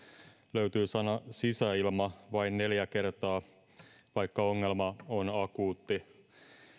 löytyy sana sisäilma vain neljä kertaa vaikka ongelma on akuutti